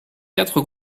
quatre